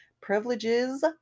privileges